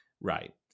Right